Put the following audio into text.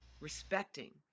respecting